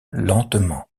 lentement